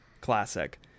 classic